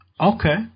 Okay